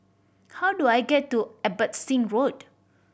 how do I get to Abbotsingh Road